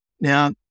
Now